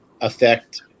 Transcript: affect